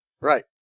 right